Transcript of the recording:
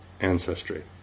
ancestry